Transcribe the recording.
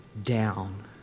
down